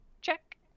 check